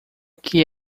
que